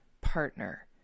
partner